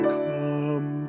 come